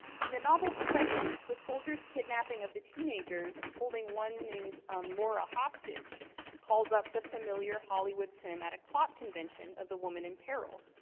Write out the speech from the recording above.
in the novel's present, the soldier's kidnapping of the teenagers holding one named um laura hostage calls up the familiar hollywood cinematic plot convention of the woman in peril.